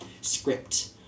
script